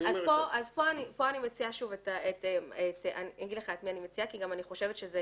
אני אומר לך את מי אני מציעה כי אני גם חושבת שזה